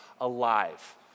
alive